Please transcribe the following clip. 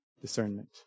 discernment